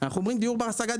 אנחנו אומרים דיור בר השגה,